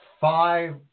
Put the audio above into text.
five